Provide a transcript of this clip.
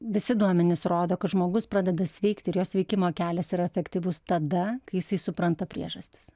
visi duomenys rodo kad žmogus pradeda sveikt ir jo sveikimo kelias yra efektyvus tada kai jisai supranta priežastis